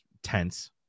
tense